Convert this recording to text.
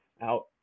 out